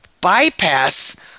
bypass